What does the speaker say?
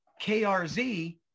KRZ